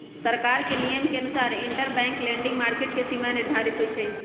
सरकार के नियम के अनुसार इंटरबैंक लैंडिंग मार्केट के सीमा निर्धारित होई छई